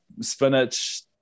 spinach